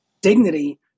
dignity